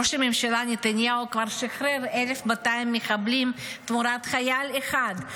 ראש הממשלה נתניהו כבר שיחרר 1,200 מחבלים תמורת חייל אחד.